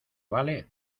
vale